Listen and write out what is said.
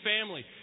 family